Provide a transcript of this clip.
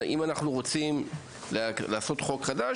אם אנחנו רוצים לעשות חוק חדש,